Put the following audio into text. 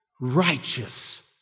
righteous